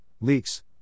leaks